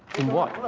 in what?